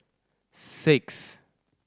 six